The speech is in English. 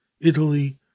Italy